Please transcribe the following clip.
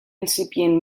incipient